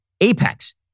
apex